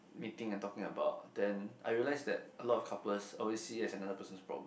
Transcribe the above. meeting and talking about then I realised a lot of couples always see it as another person's problem